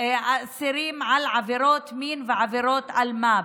האסירים על עבירות מין ועבירות אלמ"ב.